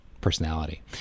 personality